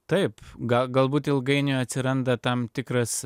taip galbūt ilgainiui atsiranda tam tikras